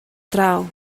draw